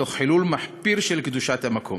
תוך חילול מחפיר של קדושת המקום.